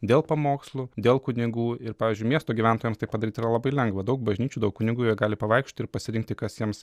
dėl pamokslų dėl kunigų ir pavyzdžiui miesto gyventojams tai padaryti yra labai lengva daug bažnyčių daug kunigų jie gali pavaikščioti ir pasirinkti kas jiems